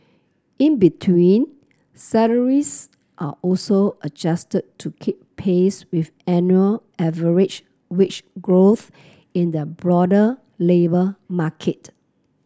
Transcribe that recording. in between salaries are also adjusted to keep pace with annual average wage growth in the broader labour market